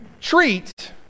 treat